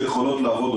הרשויות יכולות- --,